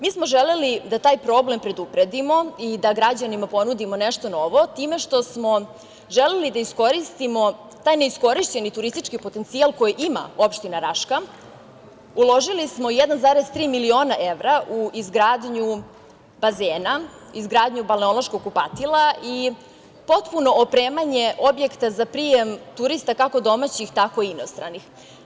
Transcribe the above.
Mi smo želeli da taj problem predupredimo i da građanima ponudimo nešto novo time što smo želeli da iskoristimo taj neiskorišćeni turistički potencijal koji ima opština Raška, uložili smo 1,3 miliona evra u izgradnju bazena, izgradnju balneološkog kupatila i potpuno opremanje objekta za prijem turista, kako domaćih, tako i inostranih.